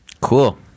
cool